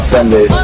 Sunday